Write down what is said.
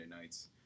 nights